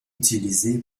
utilisé